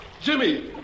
Jimmy